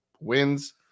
wins